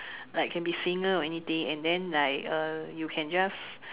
like can be singer or anything and then like uh you can just